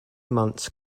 months